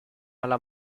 alla